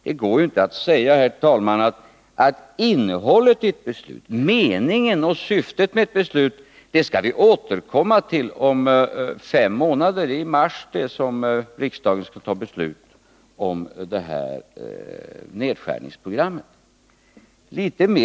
Det går inte att säga, herr talman, att vi skall återkomma till innebörden och syftet i det nu aktuella beslutet om fem månader, i mars månad, när riksdagen skall fatta beslut om nedskärningsprogrammet.